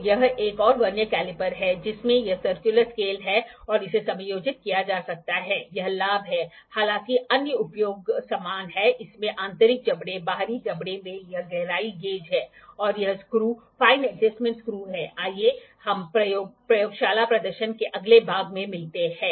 तो यह एक और वर्नियर कैलीपर है जिसमें यह सर्कुलर स्केल है और इसे समायोजित किया जा सकता है यह लाभ है हालाँकि अन्य उपयोग समान हैं इसमें आंतरिक जबड़े हैं बाहरी जबड़े में यह गहराई गेज है और यह स्क्रु फाइन एडजेस्टमेंट स्क्रु है आइए हम प्रयोगशाला प्रदर्शन के अगले भाग से मिलते हैं